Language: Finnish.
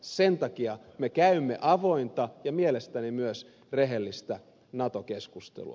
sen takia me käymme avointa ja mielestäni myös rehellistä nato keskustelua